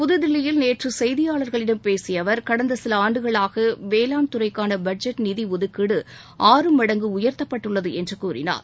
புதுதிலிலியில் நேற்று செய்தியாளர்களிடம் பேசிய அவர் கடந்த சில ஆண்டுகளாக வேளாண் துறைக்கான பட்ஜெட் நிதி ஒதுக்கீடு ஆறு மடங்கு உயர்த்தப்பட்டுள்ளது என்று கூறினார்